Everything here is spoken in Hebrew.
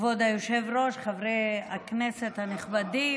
כבוד היושב-ראש, חברי הכנסת הנכבדים,